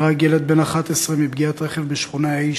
נהרג ילד בן 11 מפגיעת רכב בשכונה ה'